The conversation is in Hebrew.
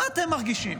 מה אתם מרגישים?